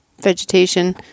vegetation